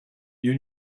you